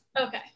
Okay